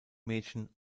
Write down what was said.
mädchen